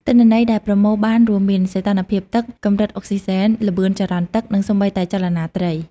ទិន្នន័យដែលប្រមូលបានរួមមាន សីតុណ្ហភាពទឹក កម្រិតអុកស៊ីសែន ល្បឿនចរន្តទឹក និងសូម្បីតែចលនាត្រី។